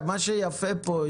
מה שיפה פה,